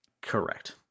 Correct